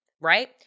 right